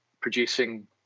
producing